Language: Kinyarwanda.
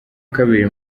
kabiri